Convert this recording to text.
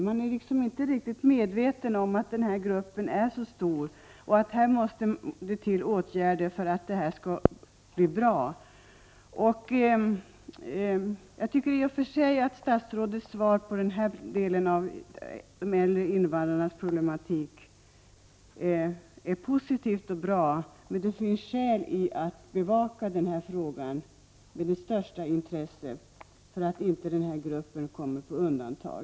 Man är inte riktigt medveten om att denna grupp är så stor som den är och att åtgärder måste vidtas för att situationen för denna grupp skall bli bra. I och för sig är statsrådets svar beträffande de äldre invandrarnas problematik positivt och bra. Men det finns ändå skäl att bevaka frågan med allra största intresse för att inte denna grupp skall komma på undantag.